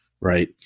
right